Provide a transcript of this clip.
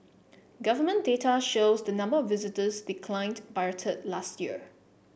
government data shows the number of visitors declined by a third last year